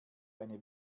eine